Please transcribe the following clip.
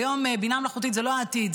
היום בינה מלאכותית היא לא העתיד,